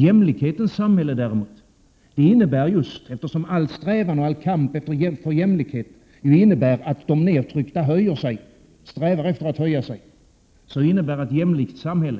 Jämlikhetens samhälle betyder däremot — eftersom all strävan och kamp för jämlikhet innebär att de nedtryckta strävar efter att höja sig